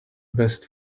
best